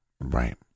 Right